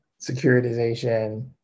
securitization